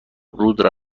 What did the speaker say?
رود